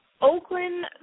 Oakland